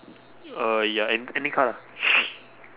uh ya an~ any card ah